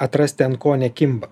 atrasti ant ko nekimba